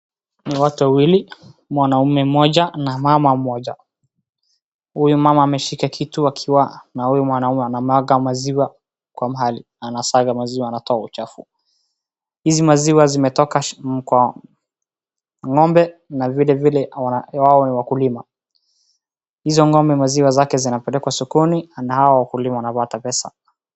Ni watu wawili, mwanaume mmoja na mama mmoja. Huyu mama ameshika kitu akiwa na huyu mwanaume, anamwaga maziwa kwa mahali, anasaga maziwa, anatoa uchafu. Hizi maziwa zimetoka kwa ng'ombe na vilevile hao ni wakulima. Hizo ng'ombe maziwa zake zinapelekwa sokoni na hao wakulima wanapata pesa.